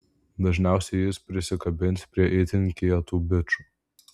dažniausiai jis prisikabins prie itin kietų bičų